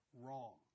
wrong